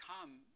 come